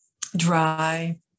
dry